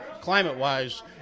climate-wise